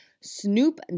Snoop